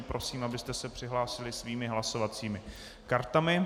Prosím, abyste se přihlásili svými hlasovacími kartami.